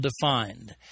defined